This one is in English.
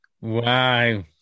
Wow